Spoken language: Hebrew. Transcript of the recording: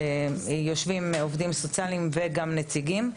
שבו יושבים עובדים סוציאליים וגם נציגים,